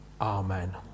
Amen